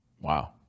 Wow